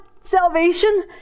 salvation